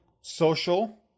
social